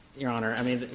your honor. i mean,